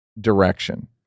direction